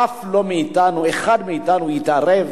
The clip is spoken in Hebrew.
אף לא אחד מאתנו יתערב